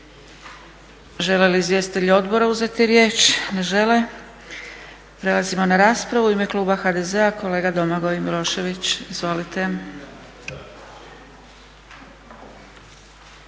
Žele li izvjestitelji odbora uzeti riječ? Ne žele. Prelazimo na raspravu. U ime kluba HDZ-a kolega Domagoj Milošević. Izvolite.